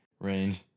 range